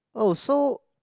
oh so